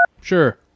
Sure